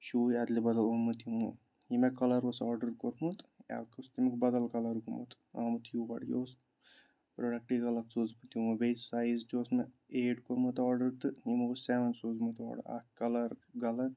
شوٗ اَدلہِ بَدَل اوٚنمُت یِمو یہِ مےٚ کَلَر اوس آرڈَر کوٚرمُت یکھ اوس تمیُک بَدَل کَلَر گوٚمُت آمُت یور یہِ اوس پرٛوڈَکٹ یہِ غلط سوٗزمُت یِمو بیٚیہِ سایِز تہِ اوس مےٚ ایٹ کوٚرمُت آرڈَر تہٕ یِمو اوس سیوَن سوٗزمُت اورٕ اَکھ کَلَر غلط